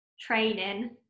training